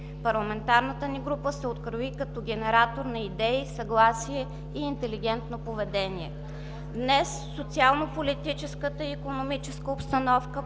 Парламентарната ни група се открои като генератор на идеи, съгласие и интелигентно поведение. Днес социалнополитическата и икономическа обстановка